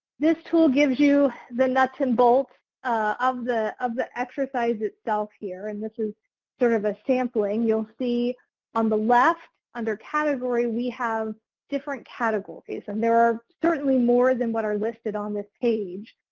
this tool gives you the nuts and bolts of the of the exercise itself here. and this is sort of a sampling. you'll see on the left under category we have different categories and there are certainly more than what are listed on this page.